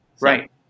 right